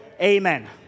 Amen